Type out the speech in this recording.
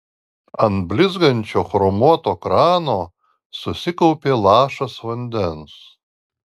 ant blizgančio chromuoto krano susikaupė lašas vandens